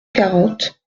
quarante